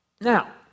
Now